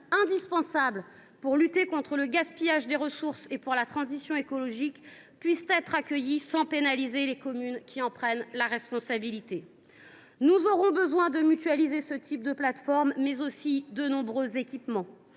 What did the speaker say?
indispensables pour lutter contre le gaspillage des ressources et pour la transition écologique, pourront être accueillies sans que soient pénalisées les communes qui en prennent la responsabilité. Nous aurons besoin de mutualiser ce type de plateformes, mais aussi de nombreux équipements,